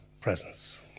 presence